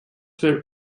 were